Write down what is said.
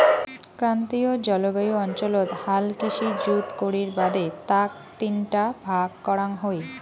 ক্রান্তীয় জলবায়ু অঞ্চলত হাল কৃষি জুত করির বাদে তাক তিনটা ভাগ করাং হই